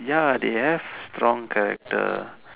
ya they have strong character